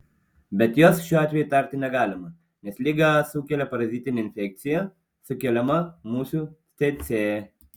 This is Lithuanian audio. bet jos šiuo atveju įtarti negalima nes ligą sukelia parazitinė infekcija sukeliama musių cėcė